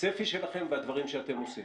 הצפי שלכם והדברים שאתם עושים.